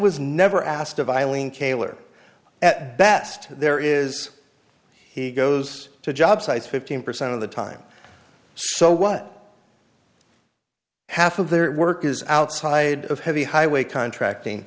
was never asked of eileen kaylor at best there is he goes to job sites fifteen percent of the time so what half of their work is outside of heavy highway contracting